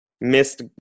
missed